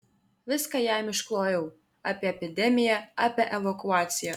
viską jam išklojau apie epidemiją apie evakuaciją